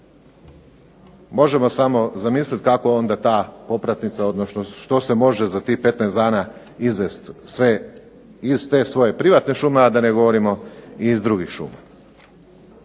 Možemo samo zamisliti kako onda ta popratnica, odnosno što se može za tih 15 dana izvesti sve iz te svoje privatne šume, a da ne govorimo i iz drugih šuma.